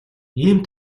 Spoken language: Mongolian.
тийм